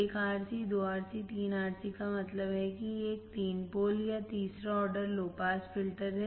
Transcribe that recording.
1RC 2 RC और 3 RC का मतलब है कि यह एक तीन पोल या तीसरा ऑर्डर लो पास फिल्टर है